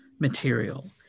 material